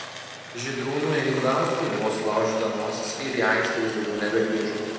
žydrūnui ilgauskui buvo sulaužyta nosis ir į aikštę jis daugiau nebegrįžo